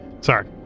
Sorry